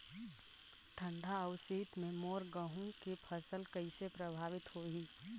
ठंडा अउ शीत मे मोर गहूं के फसल कइसे प्रभावित होही?